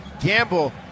Gamble